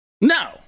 No